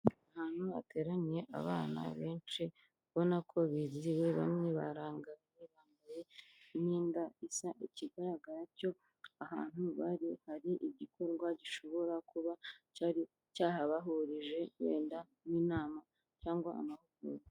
Ahantu hateraniye abana benshi ubona ko bizihiwe, bamwe barangaye bambaye n'imyenda isa, ikigaragara cyo ahantu bari hari igikorwa gishobora kuba cyari cyahabahurije wenda nk'inama cyangwa amahugurwa.